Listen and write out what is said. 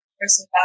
person